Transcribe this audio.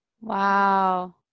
Wow